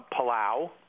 Palau